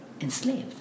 enslaved